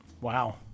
Wow